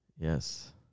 Yes